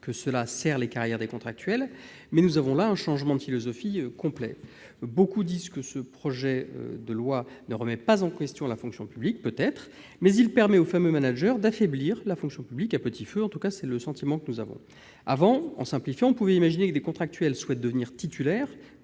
que cela sert leur carrière. Nous avons là un changement de philosophie complet ! Beaucoup disent que ce projet de loi ne remet pas en question la fonction publique. Peut-être ! Mais il permet aux fameux managers d'affaiblir la fonction publique à petit feu ! En tout cas, c'est le sentiment que nous en avons. Avant, en simplifiant, on pouvait imaginer que des contractuels souhaitent devenir titulaires